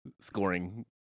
scoring